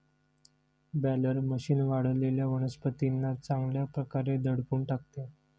baler machine वाळलेल्या वनस्पतींना चांगल्या प्रकारे दडपून टाकते